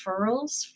referrals